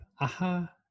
Aha